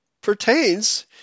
pertains